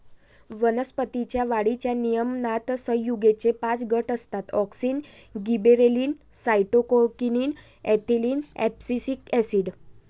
वनस्पतीं च्या वाढीच्या नियमनात संयुगेचे पाच गट असतातः auxin, gibberellin, cytokinin, ethylene, abscisic acid